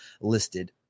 listed